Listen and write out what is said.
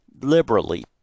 liberally